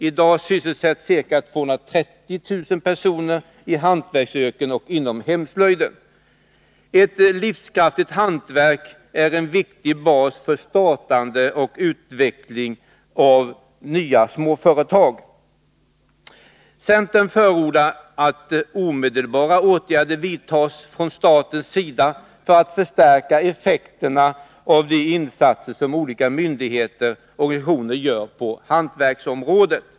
I dag sysselsätts ca 230 000 personer i hantverksyrken och inom hemslöjden. Ett livskraftigt hantverk är en viktig bas för startande och utveckling av nya småföretag. Centern förordar att omedelbara åtgärder skall vidtas från statens sida för att förstärka effekterna av de insatser som olika myndigheter och organisationer gör på hantverksområdet.